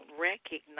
recognize